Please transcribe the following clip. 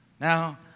Now